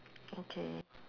okay